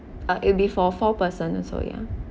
uh it'll be for four person also ya